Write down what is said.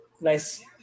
Nice